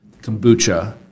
Kombucha